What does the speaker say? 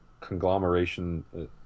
conglomeration